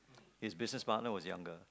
his business partner was younger